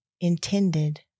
intended